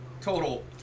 total